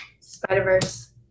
Spider-Verse